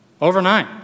overnight